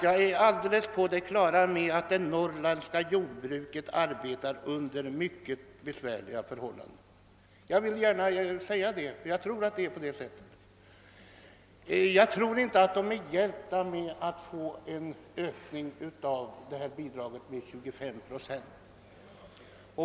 Jag är helt på det klara med att det norrländska jordbruket arbetar under mycket besvärliga förhållanden. Jag vill gärna säga detta eftersom jag tror att så är fallet. Men någon egentlig hjälp till detta jordbruk tror jag inte kan åstadkommas genom en ökning av det extra mjölkpristillägget med 25 procent.